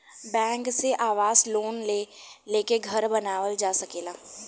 bank से आवास loan लेके घर बानावल जा सकेला